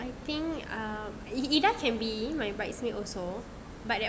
I think um idah can be my bridesmaid also